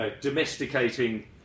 domesticating